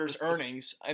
earnings